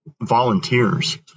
volunteers